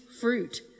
fruit